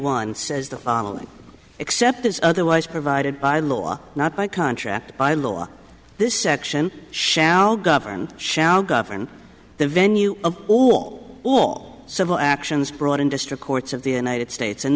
one says the following except as otherwise provided by law not by contract by law this section shall govern shall govern the venue of all all civil actions brought in district courts of the united states and